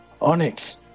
Onyx